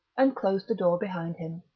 and closed the door behind him.